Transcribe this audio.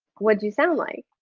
what you sound like?